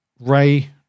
Ray